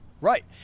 right